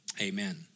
amen